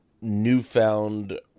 newfound